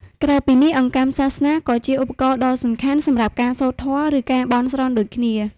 ក្រៅពីនេះ អង្កាំសាសនា ក៏ជាឧបករណ៍ដ៏សំខាន់សម្រាប់ការសូត្រធម៌ ឬការបន់ស្រន់ដូចគ្នា។